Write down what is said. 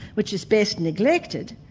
which is best neglected,